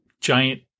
giant